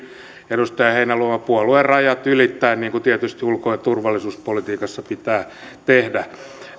edustaja heinäluoma puoluerajat ylittäen ulko ja turvallisuuspolitiikassa pitää tehdä